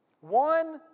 One